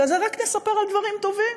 רק נספר על דברים טובים.